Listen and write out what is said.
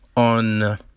On